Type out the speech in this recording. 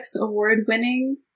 award-winning